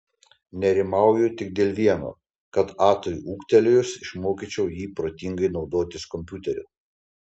nerimauju tik dėl vieno kad atui ūgtelėjus išmokyčiau jį protingai naudotis kompiuteriu